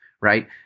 right